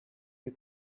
you